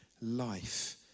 life